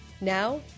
Now